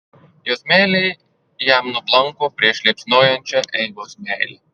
jos meilė jam nublanko prieš liepsnojančią eivos meilę